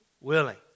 Willing